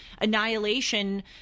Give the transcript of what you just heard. annihilation